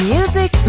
Music